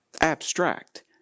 abstract